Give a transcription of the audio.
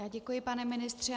Já děkuji, pane ministře.